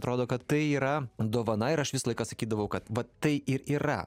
atrodo kad tai yra dovana ir aš visą laiką sakydavau kad vat tai ir yra